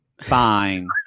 Fine